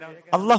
Allah